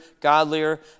godlier